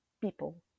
people